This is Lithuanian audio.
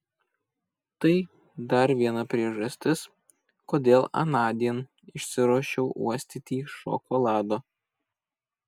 tai dar viena priežastis kodėl anądien išsiruošiau uostyti šokolado